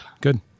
good